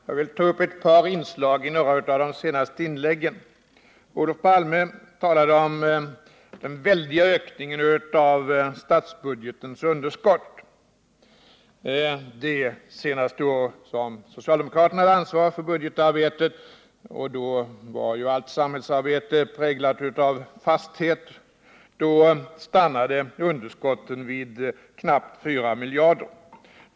Herr talman! Jag vill ta upp ett par inslag i några av de senaste inläggen. Olof Palme talade om den väldiga ökningen av statsbudgetens underskott. Det senaste året som socialdemokraterna hade ansvaret för budgetarbetet — och då var allt samhällsarbete enligt Olof Palme präglat av fasthet — stannade underskottet vid knappt 4 miljarder.